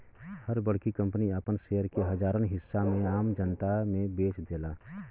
हर बड़की कंपनी आपन शेयर के हजारन हिस्सा में आम जनता मे बेच देला